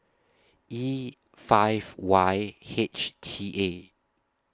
E five Y H T A